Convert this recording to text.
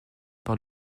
par